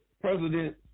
President